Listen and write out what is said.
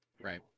right